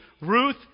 Ruth